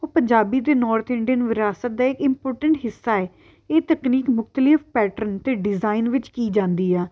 ਉਹ ਪੰਜਾਬੀ ਅਤੇ north Indian ਵਿਰਾਸਤ ਦਾ ਇੱਕ ਇੰਪੋਰਟੈਂਟ ਹਿੱਸਾ ਏ ਇਹ ਤਕਨੀਕ ਪੈਟਰਨ ਅਤੇ ਡਿਜ਼ਾਇਨ ਵਿੱਚ ਕੀ ਜਾਂਦੀ ਆ